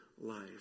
life